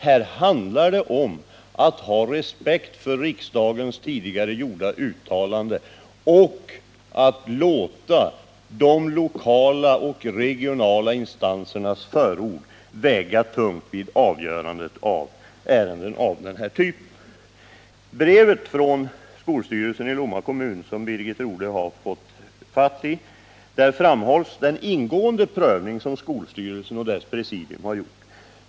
Här handlar det om att ha respekt för riksdagens tidigare gjorda uttalande och att låta de lokala och regionala instansernas förord väga tungt vid avgörandet av ärenden av denna typ. I brevet från skolstyrelsen från Lomma kommun, som Birgit Rodhe har fått, framhålls den ingående prövning som skolstyrelsen och dess presidium har gjort.